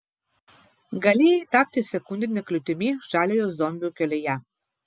galėjai tapti sekundine kliūtimi žaliojo zombio kelyje